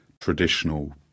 traditional